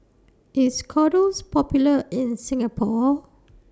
IS Kordel's Popular in Singapore